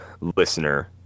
listener